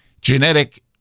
genetic